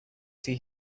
see